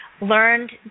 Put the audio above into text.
learned